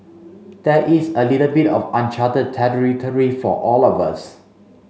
there is a little bit of uncharted territory for all of us